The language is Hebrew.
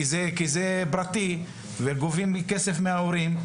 כי זה פרטי וגובים כסף מן ההורים.